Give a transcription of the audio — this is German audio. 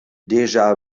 déjà